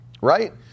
right